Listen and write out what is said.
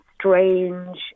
strange